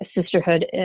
sisterhood